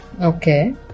Okay